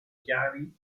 chiari